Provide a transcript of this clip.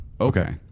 Okay